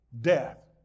death